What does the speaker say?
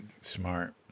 smart